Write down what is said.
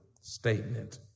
statement